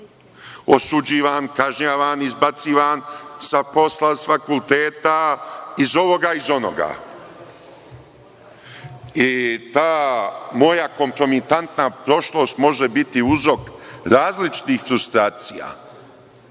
osuđivan, kažnjavan, izbacivan sa posla, sa fakulteta, iz ovoga, iz onoga i ta moja kompromitantna može biti uzrok različitih frustracija.